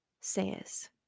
says